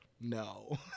no